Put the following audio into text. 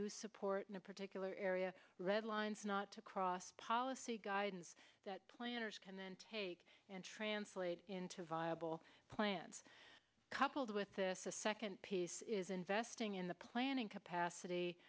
who support in a particular area red lines not to cross policy guidance that planners can then take and translate into viable plans coupled with this the second piece is investing in the planning capacity